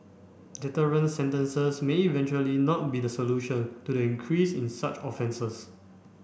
deterrent sentences may eventually not be the solution to the increase in such offences